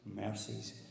mercies